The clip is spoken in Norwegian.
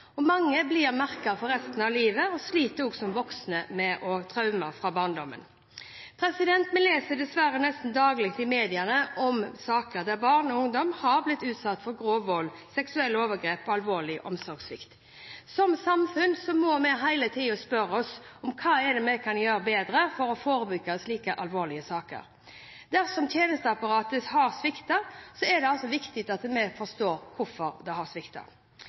Mange blir merket for resten av livet og sliter også som voksne med traumer fra barndommen. Vi leser dessverre nesten daglig i mediene om saker der barn og ungdom har blitt utsatt for grov vold, seksuelle overgrep og alvorlig omsorgssvikt. Som samfunn må vi hele tiden spørre oss: Hva er det vi kan gjøre bedre for å forebygge slike alvorlige saker? Dersom tjenesteapparatet har sviktet, er det viktig at vi forstår hvorfor det har